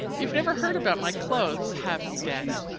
you've never heard about my clothes, have you, daddy?